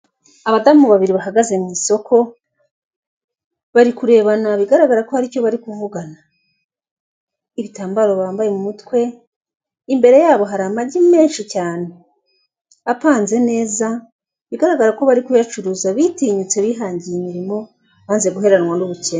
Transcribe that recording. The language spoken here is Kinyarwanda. Abadamu babiri bahagaze mu isoko, bari kurebana, bigaragare ko hari icyo bari kuvugana. Ibitaro ba mu mutwe imbere yabo hari amagi menshi cyane apanze neza bigaragara ko bari kuyacuruza bitinyutse, bihangiye imirimo banze guheranwa n'ubukene.